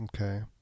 okay